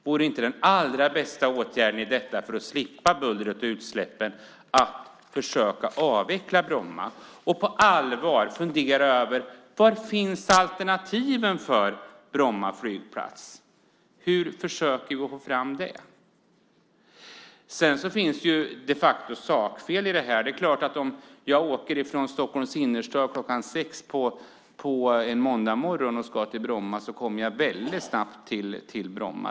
Vore inte den allra bästa åtgärden för att slippa buller och utsläpp att försöka avveckla Bromma och på allvar fundera över var alternativen finns och hur vi ska få fram dem? Sedan finns det de facto sakfel i det som statsrådet säger. Om jag åker från Stockholms innerstad kl. 6 på en måndagsmorgon och ska till Bromma är det klart att jag väldigt snabbt kommer dit.